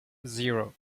zero